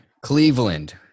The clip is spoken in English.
Cleveland